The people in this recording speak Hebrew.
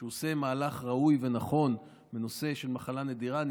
אני מודה שהוא עושה מהלך ראוי ונכון בנושא של מחלה נדירה.